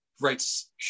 writes